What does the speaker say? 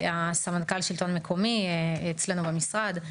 הסמנכ"ל שלטון מקומי אצלנו במשרד.